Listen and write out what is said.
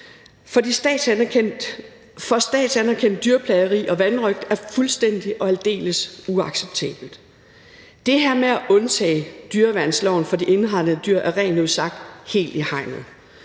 for statsanerkendt dyrplageri og vanrøgt er fuldstændig og aldeles uacceptabelt. Det her med at undtage dyreværnsloven for de indhegnede dyr er rent ud sagt helt i hegnet.